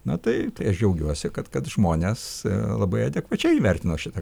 na tai tai aš džiaugiuosi kad kad žmonės labai adekvačiai įvertino šitą